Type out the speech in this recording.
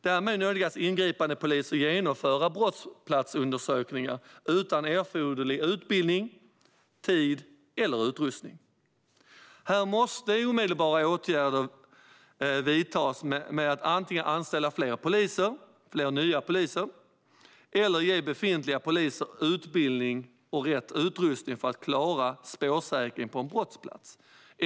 Därmed nödgas ingripandepoliser genomföra brottsplatsundersökningar utan erforderlig utbildning, tid och utrustning. Här måste omedelbara åtgärder vidtas för att antingen anställa fler nya poliser eller ge befintliga poliser utbildning och rätt utrustning för att klara spårsäkring på en brottsplats.